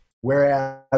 Whereas